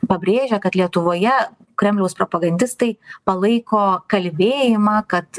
pabrėžia kad lietuvoje kremliaus propagandistai palaiko kalbėjimą kad